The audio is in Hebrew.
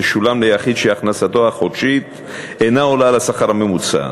תשולם ליחיד שהכנסתו החודשית אינה עולה על השכר הממוצע,